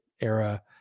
era